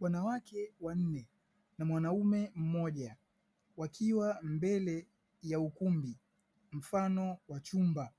Wanawake wanne na mwanaume mmoja wakiwa mbele ya ukumbi mfano wa chumba,